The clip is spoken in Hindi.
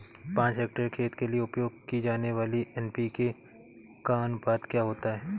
पाँच हेक्टेयर खेत के लिए उपयोग की जाने वाली एन.पी.के का अनुपात क्या होता है?